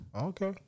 Okay